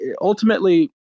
ultimately